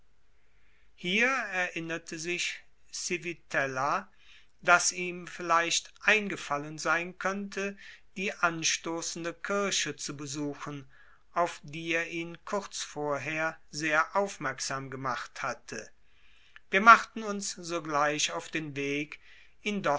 hier erinnerte sich civitella daß ihm vielleicht eingefallen sein könnte die anstoßende kirche zu besuchen auf die er ihn kurz vorher sehr aufmerksam gemacht hatte wir machten uns sogleich auf den weg